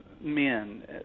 men